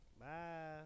Bye